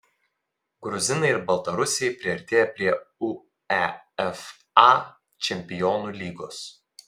gruzinai ir baltarusiai priartėjo prie uefa čempionų lygos